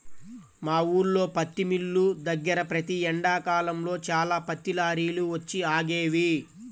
మా ఊల్లో పత్తి మిల్లు దగ్గర ప్రతి ఎండాకాలంలో చాలా పత్తి లారీలు వచ్చి ఆగేవి